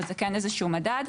אבל זה כן איזה שהוא מדד.